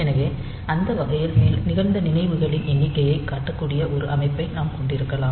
எனவே அந்த வகையில் நிகழ்ந்த நிகழ்வுகளின் எண்ணிக்கையைக் காட்டக்கூடிய ஒரு அமைப்பை நாம் கொண்டிருக்கலாம்